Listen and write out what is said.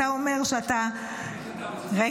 אתה אומר שאתה ------ רגע,